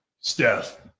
Steph